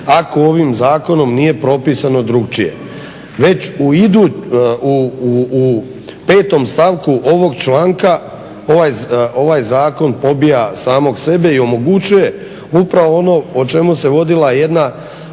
ako ovim zakonom nije propisano drukčije. Već u petom stavku ovog članka ovaj zakon pobija samog sebe i omogućuje upravo ono o čemu se vodila jedna